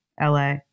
LA